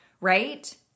right